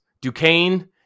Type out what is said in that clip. duquesne